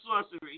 sorcery